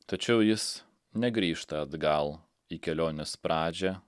tačiau jis negrįžta atgal į kelionės pradžią